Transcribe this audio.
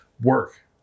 work